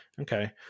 Okay